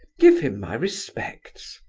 give him my respects.